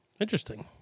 interesting